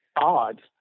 odd